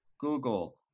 google